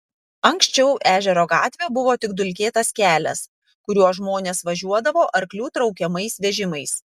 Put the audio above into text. anksčiau ežero gatvė buvo tik dulkėtas kelias kuriuo žmonės važiuodavo arklių traukiamais vežimais